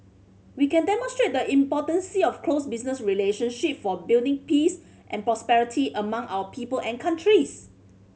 we can demonstrate the importance of close business relationship for building peace and prosperity among our people and countries